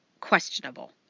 questionable